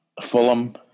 Fulham